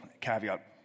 caveat